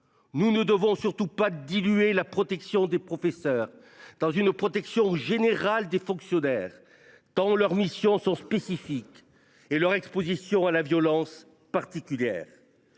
nous ne devons surtout pas diluer la protection des professeurs dans une protection générale des fonctionnaires, tant leurs missions sont spécifiques et leur exposition à la violence particulière.